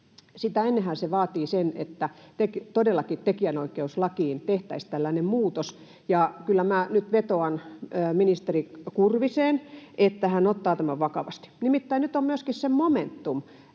sitä ennenhän se vaatii sen, että todellakin tekijänoikeuslakiin tehtäisiin tällainen muutos, ja kyllä minä nyt vetoan ministeri Kurviseen, että hän ottaa tämän vakavasti. Nimittäin nyt on myöskin se momentum,